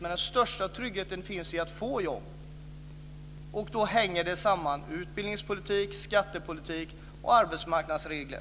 Men den största tryggheten finns i att få jobb, och då hänger detta samman: utbildningspolitik, skattepolitik och arbetsmarknadsregler.